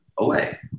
away